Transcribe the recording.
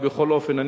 בכל אופן,